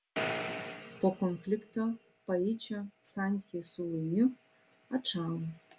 po konflikto paičio santykiai su luiniu atšalo